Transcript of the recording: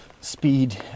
speed